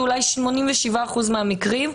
ואולי ב-87% מהמקרים,